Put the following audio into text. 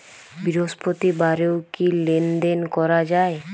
বৃহস্পতিবারেও কি লেনদেন করা যায়?